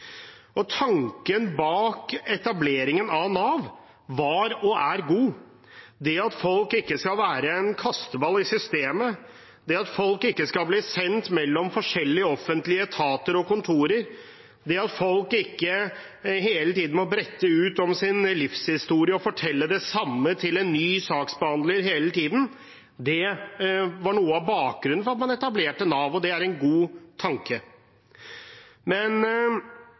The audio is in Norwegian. Tanken bak etableringen av Nav var og er god. Det at folk ikke skal være en kasteball i systemet, det at folk ikke skal bli sendt mellom forskjellige offentlige etater og kontorer, og det at folk ikke hele tiden skal måtte brette ut om sin livshistorie og fortelle det samme til en ny saksbehandler, var noe av bakgrunnen for at man etablerte Nav, og det er en god tanke.